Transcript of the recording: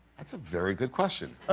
that's a very good question.